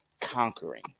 conquering